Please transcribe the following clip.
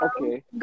Okay